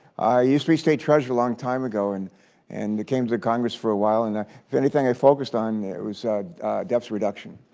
used to be state treasurer a long time ago and and came to congress for a while. and if anything i focused on it was debt reduction.